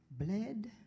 bled